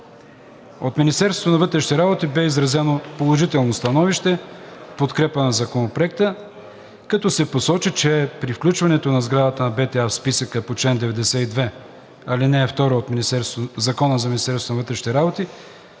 работи бе изразено положително становище в подкрепа на Законопроекта, като се посочи, че при включването на сградата на БТА в списъка по чл. 92, ал. 2 от Закона за